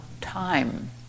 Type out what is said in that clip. time